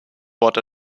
wort